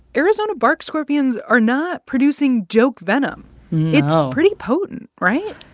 arizona bark scorpions are not producing joke venom no pretty potent, right?